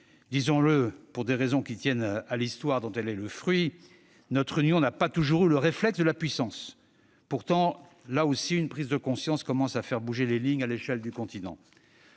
Disons-le, pour des raisons qui tiennent à l'histoire dont elle est le fruit, notre Union n'a pas toujours eu le réflexe de la puissance. Pourtant, là aussi, une prise de conscience commence à faire bouger les lignes, à l'échelle du continent.